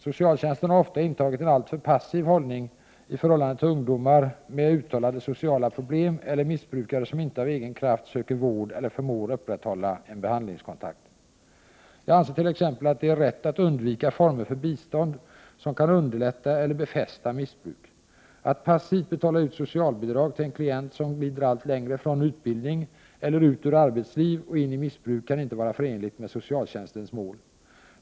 Socialtjänsten har ofta intagit en alltför passiv hållning i förhållande till ungdomar med uttalade sociala problem eller missbrukare som inte av egen kraft söker vård eller förmår upprätthålla en behandlingskontakt. Jag anser t.ex. att det är rätt att undvika former för bistånd som kan underlätta eller befästa missbruk. Att passivt betala ut socialbidrag till en klient som glider allt längre från utbildning, eller ut ur arbetsliv och in i missbruk, kan inte vara förenligt med socialtjänstens mål.